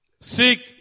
Seek